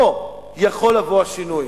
פה יכול לבוא השינוי.